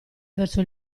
verso